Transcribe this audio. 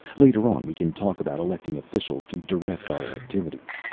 later on we can talk about electing officials to direct our activities.